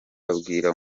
abwira